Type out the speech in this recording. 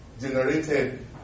generated